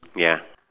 ya